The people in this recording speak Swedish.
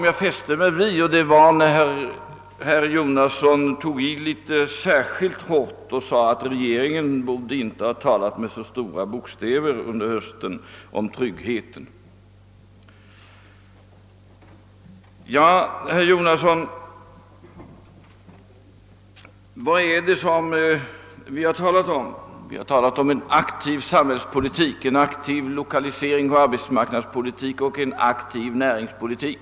Jag fäste mig särskilt vid att herr Jonasson sade att regeringen under hösten inte borde ha talat med så stora bokstäver om tryggheten. Ja, herr Jonasson, vad är det som vi har talat om? Jo, vi har talat om en aktiv samhällspolitik: en aktiv lokaliseringsoch arbetsmarknadspolitik och en aktiv näringspolitik.